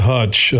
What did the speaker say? Hutch